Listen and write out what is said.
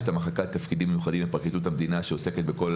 המחלקה לתפקידים מיוחדים בפרקליטות המדינה עוסקת בכל